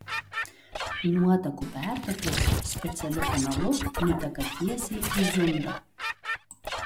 nuotekų perteklius specialiu kanalu nuteka tiesiai į zundą